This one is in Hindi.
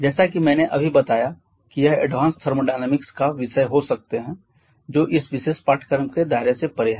जैसा कि मैंने अभी बताया कि यह एडवांस थर्मोडायनामिक्स का विषय हो सकते हैं जो इस विशेष पाठ्यक्रम के दायरे से परे है